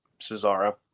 Cesaro